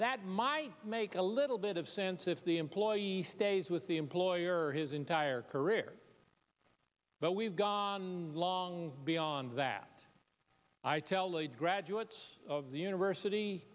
that might make a little bit of sense if the employee stays with the employer his entire career but we've gone long beyond that i tell the graduates of the university